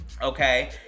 Okay